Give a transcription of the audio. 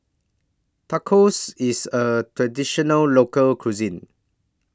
Tacos IS A Traditional Local Cuisine